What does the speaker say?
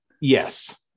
Yes